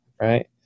right